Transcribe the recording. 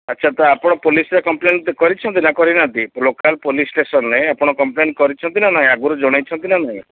ଆଚ୍ଛା ତ ଆପଣ ପୋଲିସ୍ରେ କମ୍ପ୍ଲେନ୍ କରିଛନ୍ତିିି ନା କରିନାହାନ୍ତି ଲୋକାଲ୍ ପୋଲିସ୍ ଷ୍ଟେସନ୍ରେ ଆପଣ କମ୍ପ୍ଲେନ୍ କରିଛନ୍ତିିି ନା ନାହିଁ ଆଗରୁ ଜଣାଇଛନ୍ତି ନା ନାହିଁ